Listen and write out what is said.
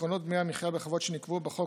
עקרונות דמי המחיה בכבוד שנקבעו בחוק